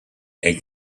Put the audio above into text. and